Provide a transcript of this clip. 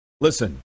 listen